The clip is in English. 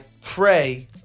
pray